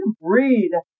breed